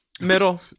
middle